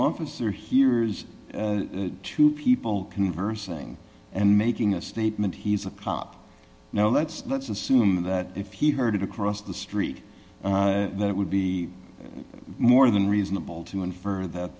officer hears two people conversing and making a statement he's a cop now let's let's assume that if he heard it across the street that would be more than reasonable to infer that